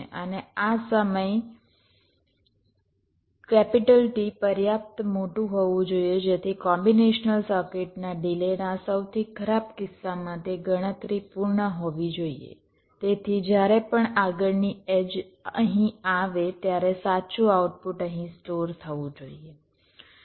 અને આ સમય T પર્યાપ્ત મોટું હોવું જોઈએ જેથી કોમ્બીનેશનલ સર્કિટના ડિલેના સૌથી ખરાબ કિસ્સામાં તે ગણતરી પૂર્ણ હોવી જોઈએ તેથી જ્યારે પણ આગળની એડ્જ અહીં આવે ત્યારે સાચું આઉટપુટ અહીં સ્ટોર થવું જોઈએ